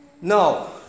No